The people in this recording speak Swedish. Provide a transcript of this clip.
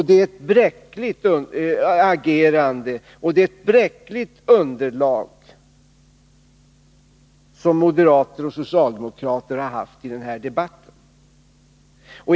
Det är ett bräckligt underlag moderaterna och socialdemokraterna haft för sitt agerande i den här debatten.